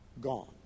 gone